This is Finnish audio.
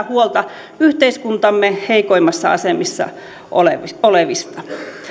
huolta yhteiskuntamme heikoimmassa asemassa olevista olevista